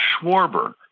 Schwarber